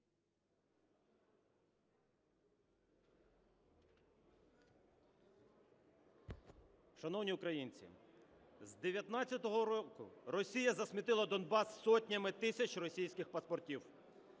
Шановні українці, з 19-го року Росія засмітила Донбас сотнями тисяч російських паспортів,